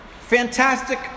fantastic